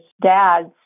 dads